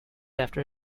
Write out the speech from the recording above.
after